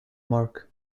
mark